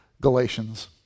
Galatians